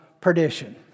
perdition